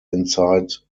inside